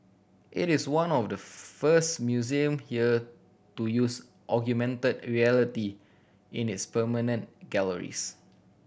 it is one of the first museum here to use augmented reality in its permanent galleries